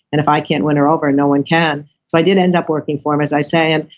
and if i can't win her over no one can. so i did end up working for him, as i say, and